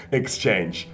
exchange